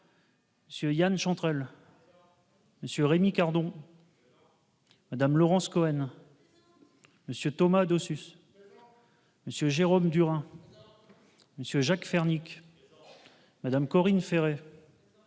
Cieux Yan Chantrel. Monsieur Rémy Cardon. Madame Laurence Cohen. Monsieur Thomas Dossus. Monsieur Jérôme Durain. Monsieur Jacques Fernique. Madame Corinne Ferré.